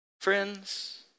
Friends